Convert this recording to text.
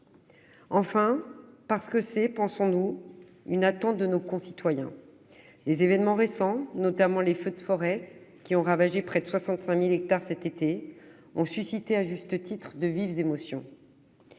Enfin, parce que c'est, pensons-nous, une attente de nos concitoyens. Les événements récents, notamment les feux de forêt, qui ont ravagé près de 65 000 hectares cet été, ont suscité, à juste titre, de vives émotions.